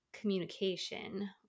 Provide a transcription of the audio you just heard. communication